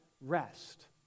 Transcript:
rest